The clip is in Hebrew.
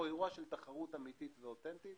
או באירוע של תחרות אמיתית ואותנטית.